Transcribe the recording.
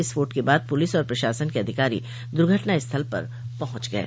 विस्फोट के बाद पुलिस और प्रशासन के अधिकारी दर्घटना स्थल पर पहुंच गये